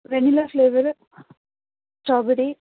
vanilla flavour strawberry